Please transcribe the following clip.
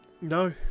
No